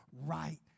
right